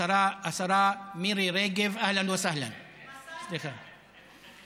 השרה מירי רגב "אהלן וסהלן" סליחה,